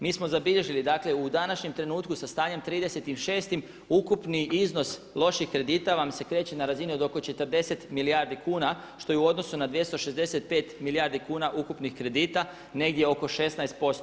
Mi smo zabilježili, dakle u današnjem trenutku sa stanjem 30.6. ukupni iznos loših kredita vam se kreće na razini od oko 40 milijardi kuna što je u odnosu na 265 milijardi kuna ukupnih kredita negdje oko 16%